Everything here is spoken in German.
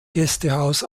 gästehaus